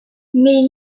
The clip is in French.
mais